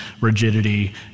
rigidity